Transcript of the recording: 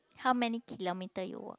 how many kilometre you walk